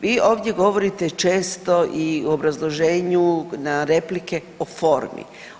Vi ovdje govorite često i obrazloženju na replike o formi.